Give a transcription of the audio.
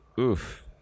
oof